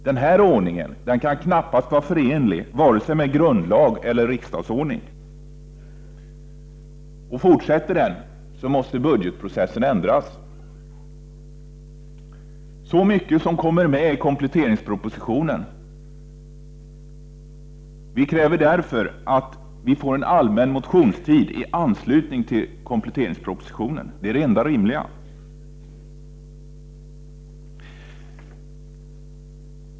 Denna ordning kan knappast vara förenlig med vare sig grundlag eller riksdagsordning. Om denna ordning fortsätter måste budgetprocessen ändras. Vi kräver därför att vi får en allmän motionstid i anslutning till kompletteringspropositionen. Det är det enda rimliga.